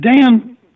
Dan